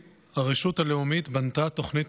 הרשות הלאומית לביטחון קהילתי החליטה להסיט תקציבים